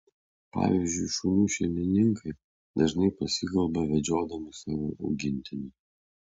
pavyzdžiui šunų šeimininkai dažnai pasikalba vedžiodami savo augintinius